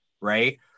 right